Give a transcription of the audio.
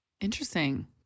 Interesting